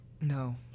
No